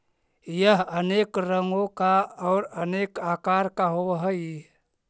यह अनेक रंगों का और अनेक आकार का होव हई